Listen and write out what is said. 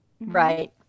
Right